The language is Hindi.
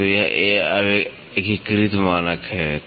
तो यह अब एक एकीकृत मानक है